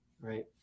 right